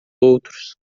outros